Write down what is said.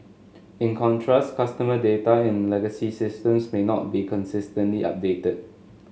in contrast customer data in legacy systems may not be consistently updated